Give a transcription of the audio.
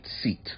seat